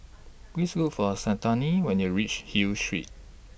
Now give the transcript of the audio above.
Please Look For Santina when you're REACH Hill Street